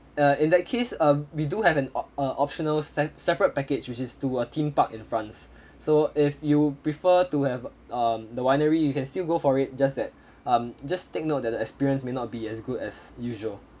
uh in that case uh we do have an op~ uh optional sep~ separate package which is to a theme park in france so if you prefer to have um the winery you can still go for it just that um just take note that the experience may not be as good as usual